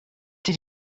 did